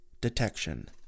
detection